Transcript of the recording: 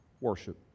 Worship